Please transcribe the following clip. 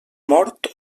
mort